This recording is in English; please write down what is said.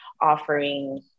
offering